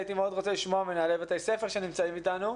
הייתי רוצה מאוד לשמוע מנהלי בתי ספר שנמצאים אתנו.